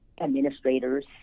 administrators